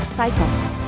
cycles